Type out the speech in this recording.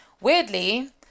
Weirdly